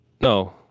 no